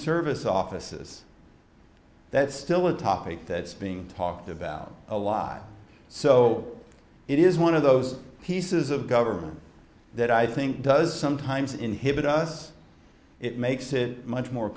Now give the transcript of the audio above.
service offices that's still a topic that's being talked about a lot so it is one of those pieces of government that i think does sometimes inhibit us it makes it much more